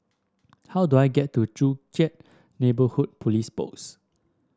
how do I get to Joo Chiat Neighbourhood Police Post